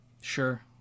Sure